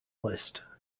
list